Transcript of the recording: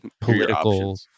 political